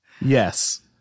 yes